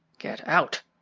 get out,